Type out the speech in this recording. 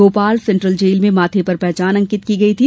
Bhopal central jail में माथे पर पहचान अंकित की गई थी